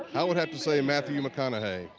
i would have to say matthew mcconaughey.